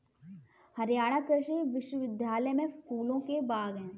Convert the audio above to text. हरियाणा कृषि विश्वविद्यालय में फूलों के बाग हैं